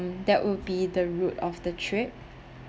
that would be the route of the trip